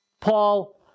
Paul